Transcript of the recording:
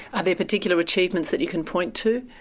are there particular achievements that you can point to?